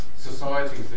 societies